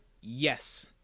Yes